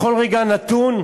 בכל רגע נתון,